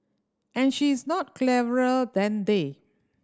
and she is not cleverer than they